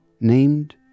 named